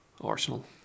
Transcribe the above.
Arsenal